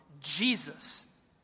Jesus